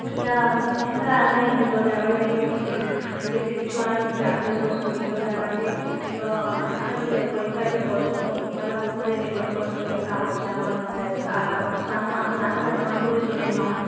ହେନ୍ତା ହେନ୍ତା ଆମେ ଗୀତ ଗାଏବା ଲାଗି ବି କିଛି କେତେ କିଛୁ ଆମେ ପ୍ରାକ୍ଟିସ୍ କର୍ସୁଁ ଗୀତ ଗାଏବାରେ ତ ଆମେ ସେ ରେକଡ଼ିଂଟା ବି କର୍ସୁଁ ପହେଲା ଫୋନ୍ରେ ରେକଡ଼ିଂ କର୍ସୁଁ କେନ୍ତା ଆଉଛେ ଆମର୍ ଭଏସ୍ ଆଓ ସାଙ୍ଗ୍ ସାଙ୍ଗସାଥୀ ମାନକୁଁ ବି ଶୁନେଇ ଥାଉଁ